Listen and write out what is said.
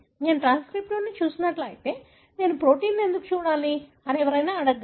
నేను ట్రాన్స్క్రిప్టోమ్ని చూసినట్లయితే నేను ప్రోటీమ్ని ఎందుకు చూడాలి అని ఎవరైనా చెప్పగలరు